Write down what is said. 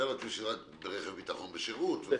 אני מתאר לעצמי שרק רכב ביטחון בשירות.